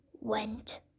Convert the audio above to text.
went